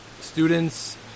students